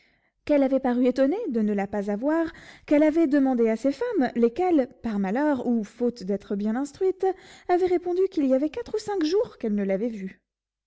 qu'elle avait paru étonnée de ne la pas avoir qu'elle l'avait demandée à ses femmes lesquelles par malheur ou faute d'être bien instruites avaient répondu qu'il y avait quatre ou cinq jours qu'elles ne l'avaient vue